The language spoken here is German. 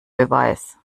beweis